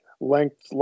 length